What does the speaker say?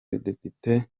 depite